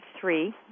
three